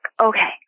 okay